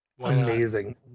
amazing